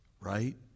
Right